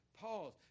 Pause